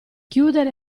chiudere